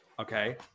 Okay